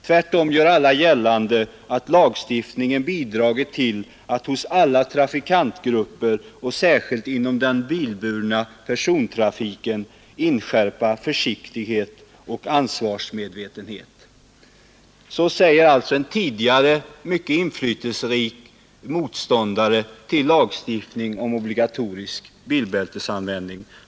Tvärtom gör alla gällande, att lagstiftningen bidragit till att hos alla trafikantgrupper, och särskilt inom den bilburna persontrafiken, inskärpa försiktighet och ansvarsmedvetenhet.” Så säger alltså en tidigare mycket inflytelserik motståndare till lagstiftning om obligatorisk bilbältesanvändning.